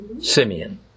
Simeon